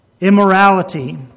Immorality